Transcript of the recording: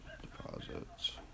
deposits